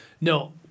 No